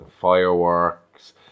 fireworks